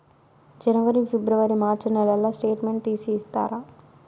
జనవరి, ఫిబ్రవరి, మార్చ్ నెలల స్టేట్మెంట్ తీసి ఇస్తారా?